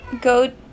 go